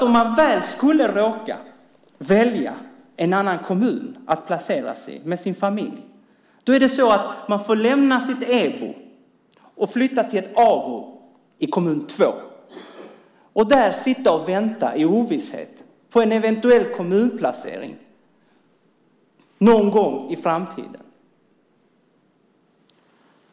Om man skulle råka välja en annan kommun att placeras i med sin familj får man lämna sitt EBO och flytta till ett ABO i kommun 2. Där får man sitta och vänta i ovisshet på en eventuell kommunplacering någon gång i framtiden.